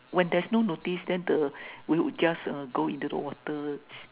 when there's no notice then the we would just uh go into the water